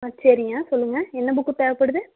ஆ சரிங்க சொல்லுங்க என்ன புக்கு தேவைப்படுது